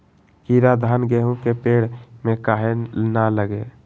कीरा धान, गेहूं के पेड़ में काहे न लगे?